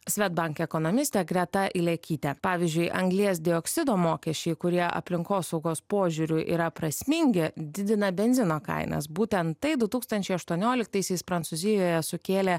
swedbank ekonomistė greta ilekytė pavyzdžiui anglies dioksido mokesčiai kurie aplinkosaugos požiūriu yra prasmingi didina benzino kainas būtent tai du tūkstančiai aštuonioliktaisiais prancūzijoje sukėlė